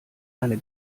eine